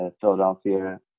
philadelphia